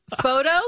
Photo